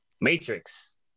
Matrix